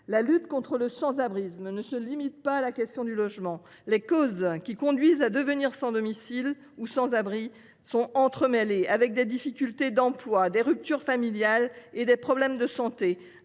La lutte contre le sans abrisme ne se limite pas à la question du logement. Les causes qui conduisent à devenir sans domicile ou sans abri sont entremêlées : difficultés d’emploi, ruptures familiales et problèmes de santé.